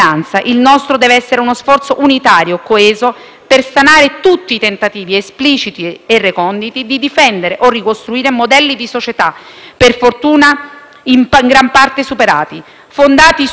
per stanare tutti i tentativi espliciti e reconditi di difendere o ricostruire modelli di società, per fortuna in gran parte superati, fondati su ruoli profondamente diversi e squilibrati tra uomini e donne.